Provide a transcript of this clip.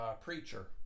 Preacher